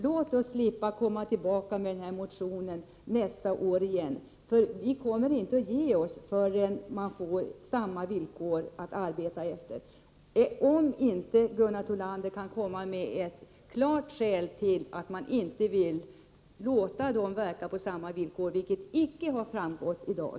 Låt oss slippa komma tillbaka med denna motion nästa år igen. Vi kommer inte att ge oss förrän SBC får arbeta efter samma villkor som de övriga, om inte Gunnar Thollander kan komma med ett klart skäl till varför man inte vill låta SBC göra det. Det har inte skett i dag.